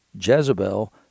Jezebel